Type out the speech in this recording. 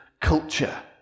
culture